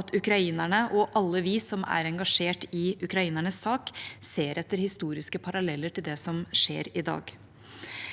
at ukrainerne og alle vi som er engasjerte i ukrainernes sak, ser etter historiske paralleller til det som skjer i dag.